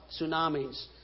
tsunamis